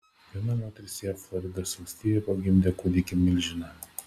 viena moteris jav floridos valstijoje pagimdė kūdikį milžiną